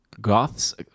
Goths